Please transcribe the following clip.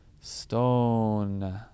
stone